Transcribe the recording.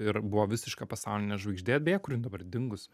ir buvo visiška pasaulinė žvaigždė beje kur jin dabar dingus